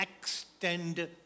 extend